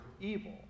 evil